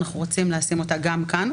אנחנו רוצים לשים אותה גם כאן,